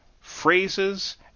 phrases